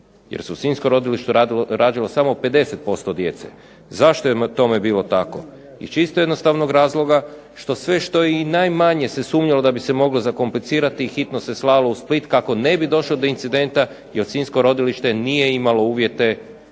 jer se u sinjskom rodilištu rađalo samo 50% djece. Zašto je tome bilo tako? Iz čisto jednostavnog razloga što sve što i najmanje se sumnjalo da bi se moglo zakomplicirati hitno se slalo u Split kako ne bi došlo do incidenta, jer sinjsko rodilište nije imamo uvjete